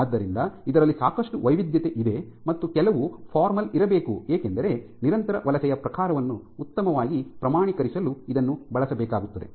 ಆದ್ದರಿಂದ ಇದರಲ್ಲಿ ಸಾಕಷ್ಟು ವೈವಿಧ್ಯತೆ ಇದೆ ಮತ್ತು ಕೆಲವು ಫಾರ್ಮಲ್ ಇರಬೇಕು ಏಕೆಂದರೆ ನಿರಂತರ ವಲಸೆಯ ಪ್ರಕಾರವನ್ನು ಉತ್ತಮವಾಗಿ ಪ್ರಮಾಣೀಕರಿಸಲು ಇದನ್ನು ಬಳಸಬೇಕಾಗುತ್ತದೆ